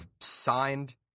signed